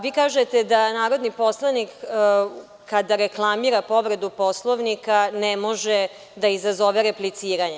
Vi kažete da narodni poslanik kada reklamira povredu Poslovnika ne može da izazove repliciranje.